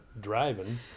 driving